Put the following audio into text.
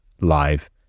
live